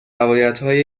روایتهای